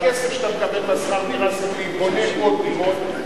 בכסף שאתה מקבל מהשכר דירה הסמלי בונה עוד דירות,